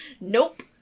Nope